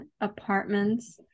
apartments